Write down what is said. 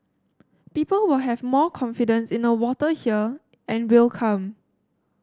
people will have more confidence in the water here and will come